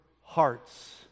hearts